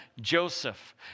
Joseph